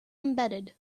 embedded